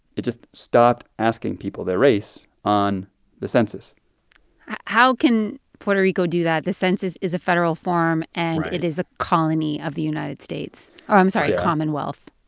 it just stopped asking people their race on the census how can puerto rico do that? the census is a federal form right and it is a colony of the united states oh, i'm sorry, commonwealth